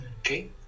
okay